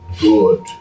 good